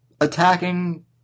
Attacking